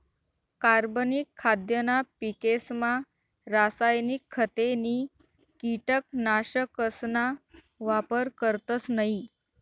कार्बनिक खाद्यना पिकेसमा रासायनिक खते नी कीटकनाशकसना वापर करतस नयी